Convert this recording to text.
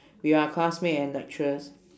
with our classmate and lecturers